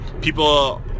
people